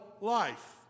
life